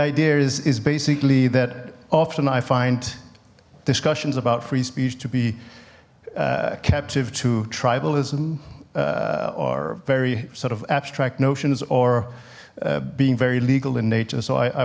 idea is is basically that often i find discussions about free speech to be captive to tribalism or very sort of abstract notions or being very legal in nature so i